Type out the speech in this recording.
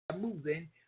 moving